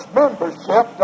membership